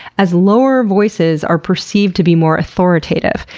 as lower voices are perceived to be more authoritative.